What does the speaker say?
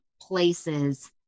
places